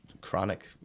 chronic